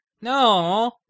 No